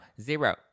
zero